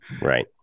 Right